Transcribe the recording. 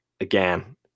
Again